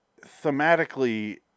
thematically